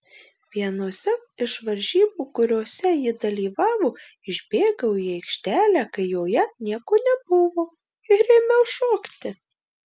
vienose iš varžybų kuriose ji dalyvavo išbėgau į aikštelę kai joje nieko nebuvo ir ėmiau šokti